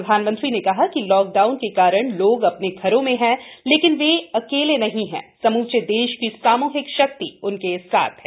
प्रधानमंत्री ने कहा कि लॉकडाउन के कारण लोग अपने घरों में हैं लेकिन वे अकेले नहीं हैं समूचे देश की सामूहिक शक्ति उनके साथ हैं